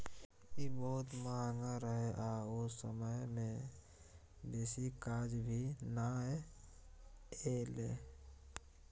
ई बहुत महंगा रहे आ ओ समय में बेसी काज भी नै एले